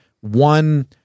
one